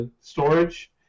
storage